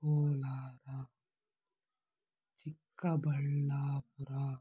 Kolar Chikkaballapur